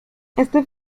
este